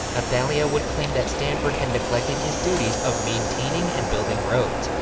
ah athalia would claim that stanford had neglected his duties of maintaining and building roads,